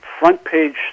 front-page